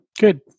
Good